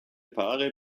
paare